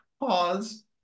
pause